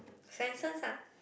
Swensens ah